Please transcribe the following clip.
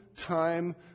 time